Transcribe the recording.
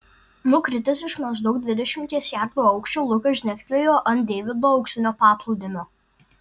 nukritęs iš maždaug dvidešimties jardų aukščio lukas žnektelėjo ant deivido auksinio paplūdimio